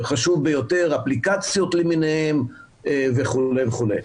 אפליקציות למיניהן וכו' וכו'.